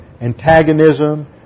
antagonism